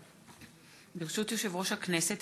ברשות יושב-ראש הכנסת,